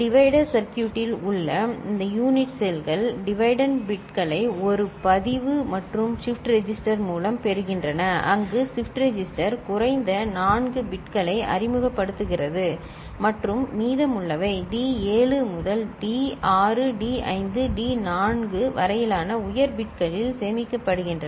divider சர்க்யூட்டில் உள்ள இந்த யூனிட் செல்கள் டிவிடெண்ட் பிட்களை ஒரு பதிவு மற்றும் ஷிப்ட் ரெஜிஸ்டர் மூலம் பெறுகின்றன அங்கு ஷிப்ட் ரெஜிஸ்டர் குறைந்த 4 பிட்களை அறிமுகப்படுத்துகிறது மற்றும் மீதமுள்ளவை டி 7 முதல் டி 6 டி 5 டி 4 வரையிலான உயர் பிட்களில் சேமிக்கப்படுகின்றன